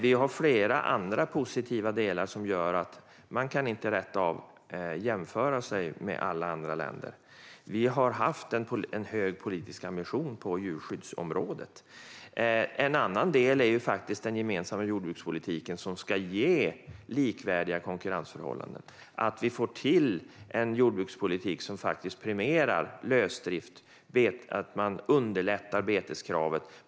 Vi har flera andra positiva delar som gör att vi inte rätt av kan jämföra oss med alla andra länder. Vi har haft en hög politisk ambition på djurskyddsområdet. En annan del är den gemensamma jordbrukspolitiken, som ska ge likvärdiga konkurrensförhållanden så att vi får en jordbrukspolitik som premierar lösdrift och underlättar när det gäller beteskravet.